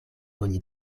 oni